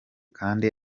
kandi